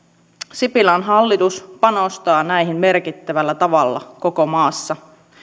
sipilän hallitus panostaa näihin merkittävällä tavalla koko maassa